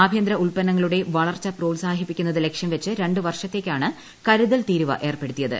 ആഭ്യന്തര ഉത്പന്നങ്ങളുടെ വളർച്ച പ്രോത്സാഹിപ്പിക്കുന്നത് ലക്ഷ്യംവെച്ച് രണ്ട് വർഷത്തേക്കാണ് കരുതൽ തീരുവ ഏർപ്പെടുത്തിയത്